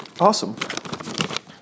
Awesome